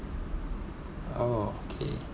oh okay